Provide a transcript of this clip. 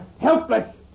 Helpless